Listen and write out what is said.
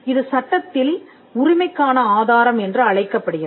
இது சட்டத்தில் உரிமைக்கான ஆதாரம் என்று அழைக்கப்படுகிறது